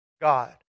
God